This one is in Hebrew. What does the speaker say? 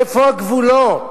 איפה הגבולות?